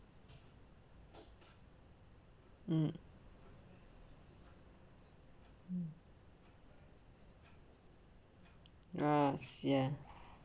mm mm ah ya